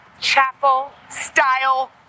chapel-style